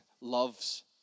loves